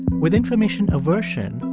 with information aversion,